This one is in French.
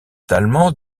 allemand